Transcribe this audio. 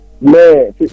Man